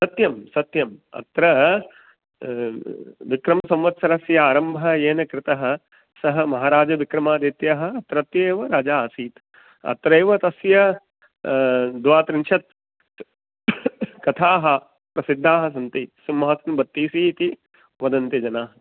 सत्यं सत्यम् अत्र विक्रमसंवत्सरस्य आरम्भः येन कृतः सः महाराजविक्रमादित्यः प्रत्येव राजा आसीत् अत्रैव तस्य द्वात्रिंशत् कथाः प्रसिद्धाः सन्ति सिंहासनबत्तीसी इति वदन्ति जनाः